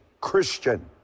christian